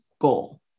goal